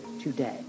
today